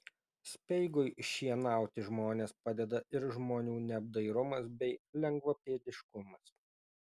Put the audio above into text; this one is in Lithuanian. speigui šienauti žmones padeda ir žmonių neapdairumas bei lengvapėdiškumas